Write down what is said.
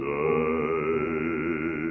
die